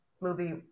movie